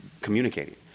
communicating